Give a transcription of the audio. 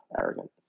arrogant